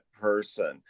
person